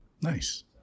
Nice